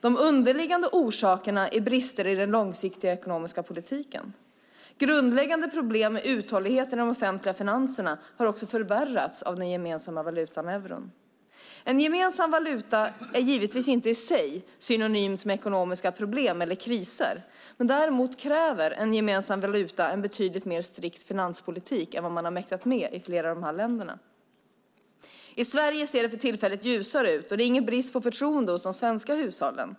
De underliggande orsakerna är brister i den långsiktiga ekonomiska politiken. Grundläggande problem med uthållighet i de offentliga finanserna har också förvärrats av den gemensamma valutan euron. En gemensam valuta är givetvis inte i sig synonymt med ekonomiska problem eller kriser, men däremot kräver en gemensam valuta en betydligt mer strikt finanspolitik än man har mäktat med i flera av dessa länder. I Sverige ser det för tillfället ljusare ut, och det är ingen brist på förtroende hos de svenska hushållen.